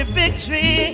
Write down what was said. victory